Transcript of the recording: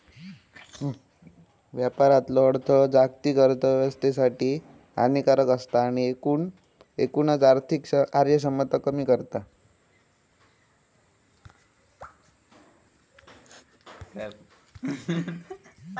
व्यापारातलो अडथळो जागतिक अर्थोव्यवस्थेसाठी हानिकारक असता आणि एकूणच आर्थिक कार्यक्षमता कमी करता